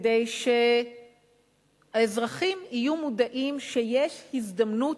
כדי שהאזרחים יהיו מודעים שיש הזדמנות